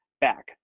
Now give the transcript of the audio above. back